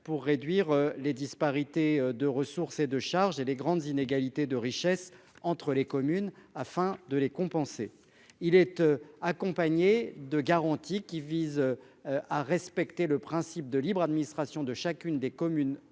pour réduire les disparités de ressources et de charges et les grandes inégalités de richesse entre les communes afin de les compenser il être accompagné de garanties qui vise. À respecter le principe de libre administration de chacune des communes